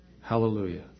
Hallelujah